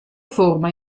forma